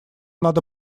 надо